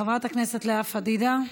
חברת הכנסת לאה פדידה,